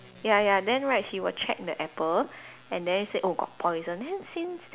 ya ya then right she will check the apple and then say oh got poison then since